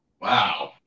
Wow